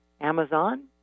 Amazon